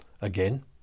Again